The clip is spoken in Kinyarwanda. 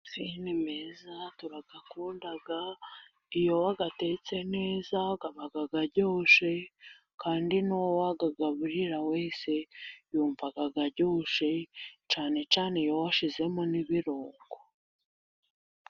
Amafi ni meza turarayakunda, iyo wayatetse neza aba aryoshye, kandi n'uwo wayagaburira wese yumva aryoshye, cane cyane iyo washizemo n'ibirungo.